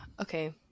Okay